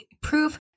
proof